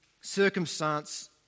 circumstance